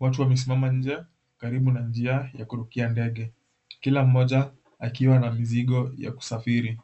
Watu wamesimama nje karibu na njia ya kurukia ndege, kila mmoja akiwa na mizigo ya kusafiri.